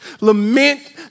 Lament